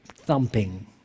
thumping